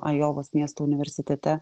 ajovos miesto universitete